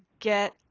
get